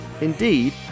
Indeed